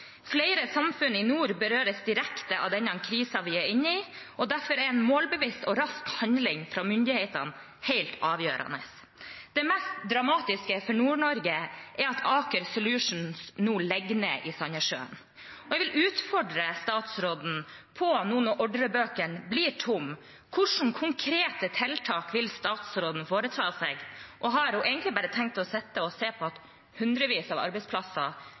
Flere samfunn i nord berøres direkte av den krisen vi er inne i, derfor er målbevisst og rask handling fra myndighetene helt avgjørende. Det mest dramatiske for Nord-Norge er at Aker Solutions nå legger ned i Sandnessjøen, og jeg vil utfordre statsråden: Når ordrebøkene blir tomme, hvilke konkrete tiltak vil statsråden sette i verk? Har hun bare tenkt å sitte og se på at kunnskap og hundrevis av arbeidsplasser